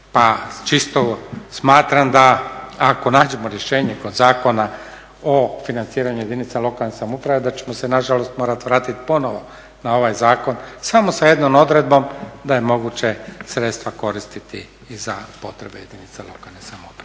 pa čisto smatram da ako nađemo rješenje kod Zakona o financiranju jedinica lokalne samouprave da ćemo se nažalost morati vratiti ponovno na ovaj zakon samo sa jednom odredbom da je moguće sredstva koristiti i za potrebe jedinice lokalne samouprave.